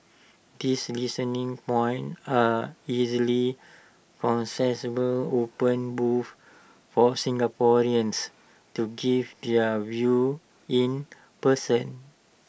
these listening points are easily accessible open booths for Singaporeans to give their view in person